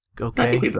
Okay